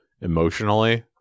emotionally